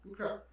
Okay